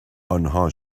آنها